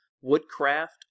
Woodcraft